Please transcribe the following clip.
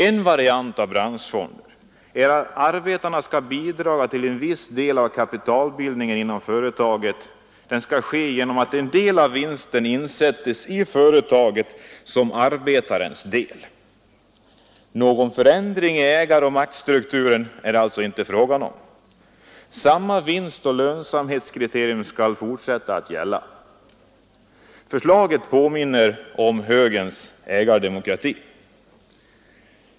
En variant av branschfonder är att arbetarna skall bidra till att en viss del av kapitalbildningen inom företaget sker genom att en del av vinsten insättes i företaget som arbetarnas del. Någon förändring i ägaroch maktstrukturen är det alltså inte fråga om. Samma vinstoch lönsamhetskriterium skall fortsätta att gälla. Förslaget påminner om högerns ägardemokrati.